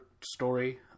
story